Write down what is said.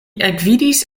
ekvidis